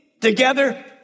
together